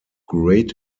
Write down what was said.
great